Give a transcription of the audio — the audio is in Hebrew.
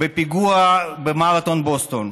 בפיגוע במרתון בוסטון.